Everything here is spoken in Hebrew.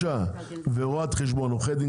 גם הייצוג של האוכלוסיות בתוך חברות הדירקטורים.